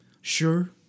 Sure